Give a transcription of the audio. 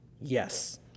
Yes